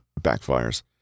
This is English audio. backfires